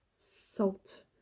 salt